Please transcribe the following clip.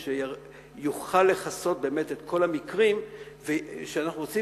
שיוכל לכסות באמת את כל המקרים שאנחנו רוצים